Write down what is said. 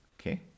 Okay